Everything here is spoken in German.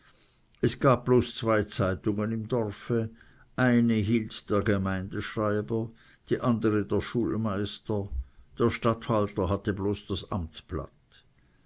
es gab bloß zwei zeitungen im dorfe eine hielt der gemeindeschreiber die andere der schulmeister der statthalter hatte das amtsblatt